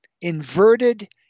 inverted